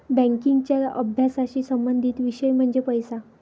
बँकिंगच्या अभ्यासाशी संबंधित विषय म्हणजे पैसा